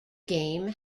game